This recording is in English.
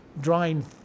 drawing